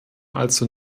also